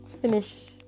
finish